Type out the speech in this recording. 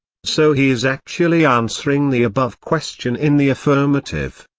so he is actually answering the above question in the affirmative.